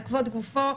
על כבוד גופו,